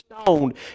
stoned